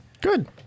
Good